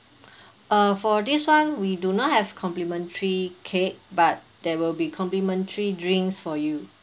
uh for this one we do not have complimentary cake but there will be complimentary drinks for you